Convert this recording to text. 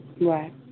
Right